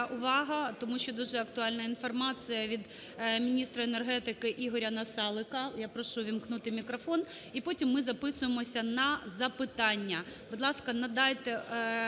увага, тому що дуже актуальна інформація від міністра енергетики ІгоряНасалика. Я прошу увімкнути мікрофон. І потім ми записуємось на запитання. Будь ласка, надайте